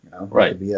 Right